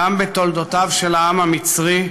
גם בתולדותיו של העם המצרי,